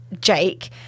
Jake